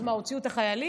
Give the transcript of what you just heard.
אז מה, הוציאו את החיילים?